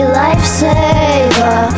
lifesaver